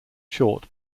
short